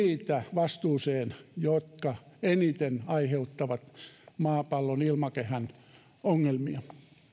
vastuuseen niitä jotka eniten aiheuttavat maapallon ilmakehän ongelmia